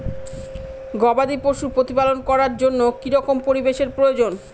গবাদী পশু প্রতিপালন করার জন্য কি রকম পরিবেশের প্রয়োজন?